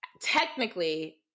technically